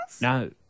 No